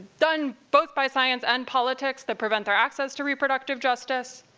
done both by science and politics, that prevent their access to reproductive justice.